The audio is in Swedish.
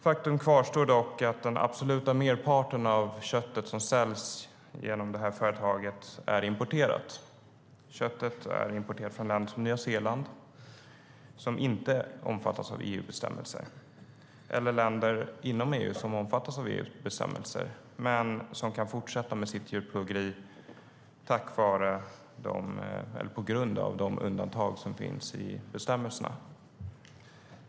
Faktum kvarstår dock att den absoluta merparten av det kött som säljs genom detta företag är importerat. Köttet är importerat från länder som Nya Zeeland, som inte omfattas av EU-bestämmelser, eller från länder inom EU som omfattas av EU:s bestämmelser men som kan fortsätta med sitt djurplågeri på grund av de undantag som finns i bestämmelserna.